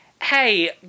Hey